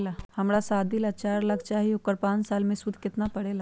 हमरा शादी ला चार लाख चाहि उकर पाँच साल मे सूद कितना परेला?